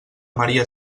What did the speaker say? maria